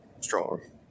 strong